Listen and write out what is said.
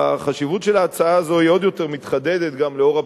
החשיבות של ההצעה הזאת עוד יותר מתחדדת גם לנוכח